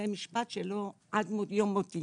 זה משפט עד יום מותי